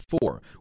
four